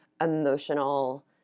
emotional